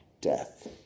death